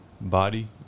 body